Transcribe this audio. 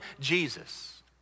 Jesus